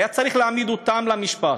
היה צריך להעמיד אותם למשפט.